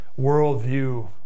Worldview